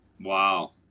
Wow